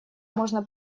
можно